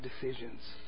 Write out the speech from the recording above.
decisions